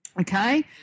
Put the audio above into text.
okay